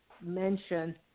mention